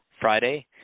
Friday